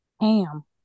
Ham